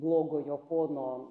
blogojo pono